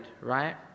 Right